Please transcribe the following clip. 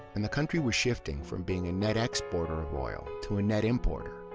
and the country was shifting from being a net exporter of oil to a net importer